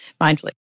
mindfully